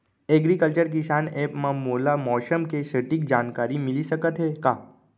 Agriculture किसान app मा मोला मौसम के सटीक जानकारी मिलिस सकत हे का?